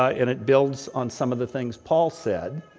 and it builds on some of the things paul said,